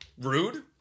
Rude